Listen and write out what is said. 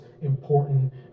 important